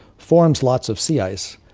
forms lots of sea ice,